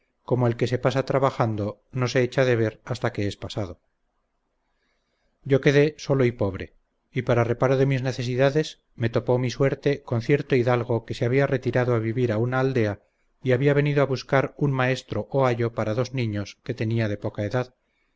como el que se pasa trabajando no se echa de ver hasta que es pasado yo quede solo y pobre y para reparo de mis necesidades me topó mi suerte con cierto hidalgo que se había retirado a vivir a una aldea y había venido a buscar un maestro o ayo para dos niños que tenía de poca edad